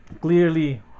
clearly